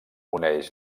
uneix